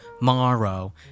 morrow